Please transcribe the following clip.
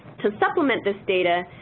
to supplement this data,